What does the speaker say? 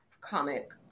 comic